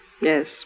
Yes